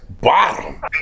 bottom